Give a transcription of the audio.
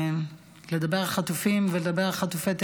לדבר על חטופים ולדבר על חטופי תימן,